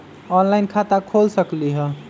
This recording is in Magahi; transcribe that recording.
ऑनलाइन खाता खोल सकलीह?